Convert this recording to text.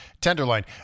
tenderloin